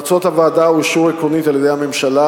המלצות הוועדה אושרו עקרונית על-ידי הממשלה,